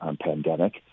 pandemic